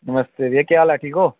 नमस्ते जी केह् हाल ऐ ठीक ओ